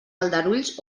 aldarulls